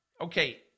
okay